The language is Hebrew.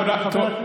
תודה רבה.